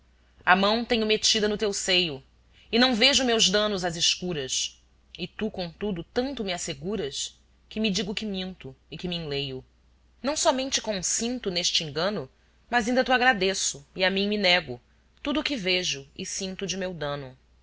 a mão tenho metida no teu seio e não vejo meus danos às escuras e tu contudo tanto me asseguras que me digo que minto e que me enleio não somente consinto neste engano mas inda to agradeço e a mim me nego tudo o que vejo e sinto de meu dano